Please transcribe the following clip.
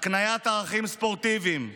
הקניית ערכים ספורטיביים,